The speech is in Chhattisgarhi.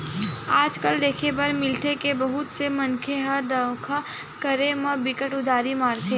आज कल देखे बर मिलथे के बहुत से मनखे ह देखावा करे म बिकट उदारी मारथे